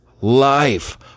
life